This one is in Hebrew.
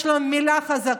כל כך יש לו מילה חזקה,